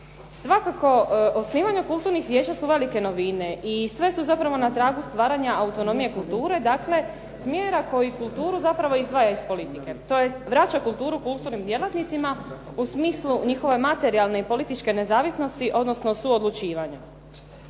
Svakako, osnivanje kulturnih vijeća su velike novine i sve su zapravo na tragu stvaranja autonomije kulture, dakle smjera koji kulturu zapravo izdvaja iz politike tj. vraća kulturu kulturnim djelatnicima u smislu njihove materijalne i političke nezavisnosti odnosno suodlučivanja.